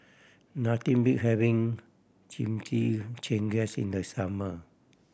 nothing beat having Chimichangas in the summer